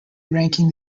ranking